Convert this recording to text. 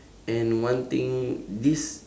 and one thing this